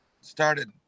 started